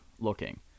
looking